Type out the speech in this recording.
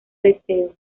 deseo